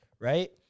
right